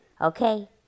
Okay